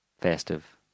festive